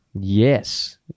Yes